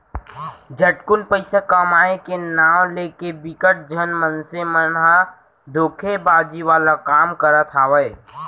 झटकुन पइसा कमाए के नांव लेके बिकट झन मनसे मन ह धोखेबाजी वाला काम करत हावय